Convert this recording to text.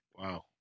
Wow